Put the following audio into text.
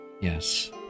Yes